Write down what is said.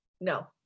no